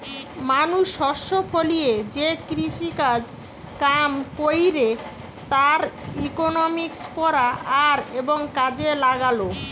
মানুষ শস্য ফলিয়ে যে কৃষিকাজ কাম কইরে তার ইকোনমিক্স পড়া আর এবং কাজে লাগালো